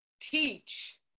teach